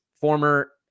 former